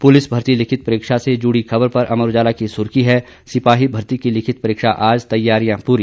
police भर्ती लिखित परीक्षा से जुड़ी खबर पर अमर उजाला की सुर्खी है सिपाही भर्ती की लिखित परीक्षा आज तैयारियां पूरी